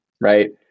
Right